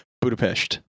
Budapest